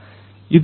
ಇದು ಇಂಡಸ್ಟ್ರಿ4